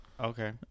Okay